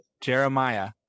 Jeremiah